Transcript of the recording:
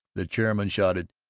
the chairman shouted,